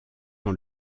dans